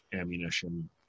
ammunition